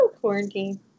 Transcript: Quarantine